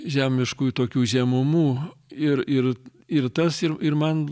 žemiškųjų tokių žemumų ir ir ir tas ir ir man